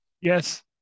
yes